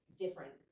different